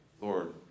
Lord